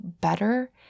better